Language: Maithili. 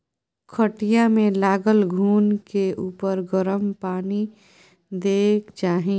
खटिया मे लागल घून के उपर गरम पानि दय के चाही